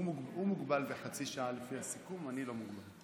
הוא מוגבל בחצי שעה, לפי הסיכום, אני לא מוגבל.